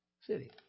city